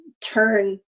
turn